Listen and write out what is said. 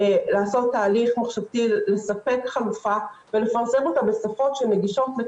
זה נכון שעיקר הפניות מגיעות אלינו מארגונים כמו "רופאים לזכויות אדם",